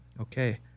Okay